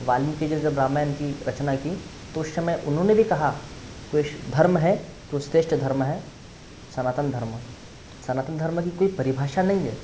वाल्मीकि जी जब रामायण की रचना की तो उस समय उन्होंने भी कहा कोई श धर्म है तो श्रेष्ठ धर्म है सनातन धर्म सनातन धर्म की कोई परिभाषा नहीं है